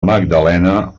magdalena